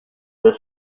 this